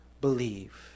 believe